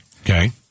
Okay